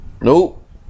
Nope